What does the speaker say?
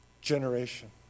generation